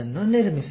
ಅನ್ನು ನಿರ್ಮಿಸಿ